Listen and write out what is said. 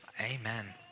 amen